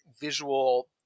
visual